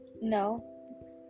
no